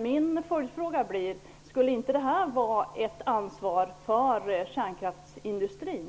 Min följdfråga blir: Skulle inte det kunna vara ett ansvar för kärnkraftsindustrin?